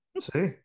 See